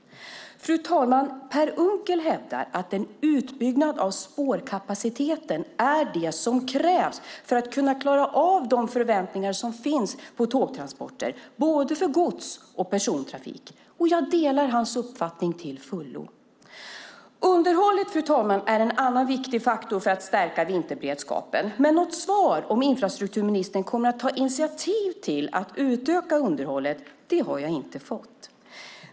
Fru talman! Per Unckel hävdar att en utbyggnad av spårkapaciteten är det som krävs för att kunna klara av de förväntningar som finns på tågtransporter för både gods och persontrafik. Jag delar hans uppfattning till fullo. Underhållet är en annan viktig faktor för att stärka vinterberedskapen. Något svar om infrastrukturministern kommer att ta initiativ till att utöka underhållet har jag inte fått.